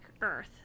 Earth